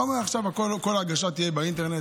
אתה אומר, עכשיו כל ההגשה תהיה באינטרנט.